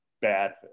bad